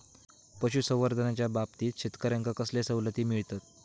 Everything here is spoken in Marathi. पशुसंवर्धनाच्याबाबतीत शेतकऱ्यांका कसले सवलती मिळतत?